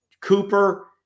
Cooper